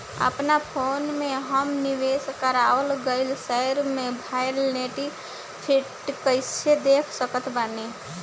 अपना फोन मे हम निवेश कराल गएल शेयर मे भएल नेट प्रॉफ़िट कइसे देख सकत बानी?